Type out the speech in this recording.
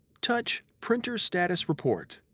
touch printer status report.